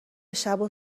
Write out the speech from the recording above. شبو